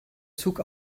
zug